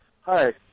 Hi